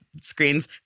screens